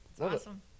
awesome